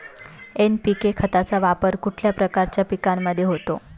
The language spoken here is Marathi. एन.पी.के खताचा वापर कुठल्या प्रकारच्या पिकांमध्ये होतो?